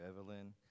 Evelyn